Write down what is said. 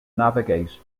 navigate